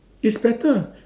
it's better